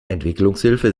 entwicklungshilfe